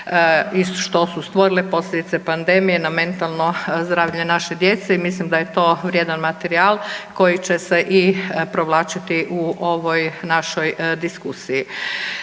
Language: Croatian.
što su stvorile posljedice pandemije na mentalno zdravlje naše djece. I mislim da je to vrijedan materijal koji će se i provlačiti u ovoj našoj diskusiji.